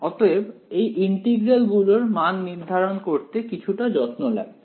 অতএব এই ইন্টিগ্রাল গুলোর মান নির্ধারণ করতে কিছুটা যত্ন লাগবে